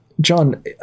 John